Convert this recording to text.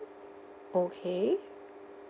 okay